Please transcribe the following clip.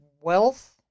wealth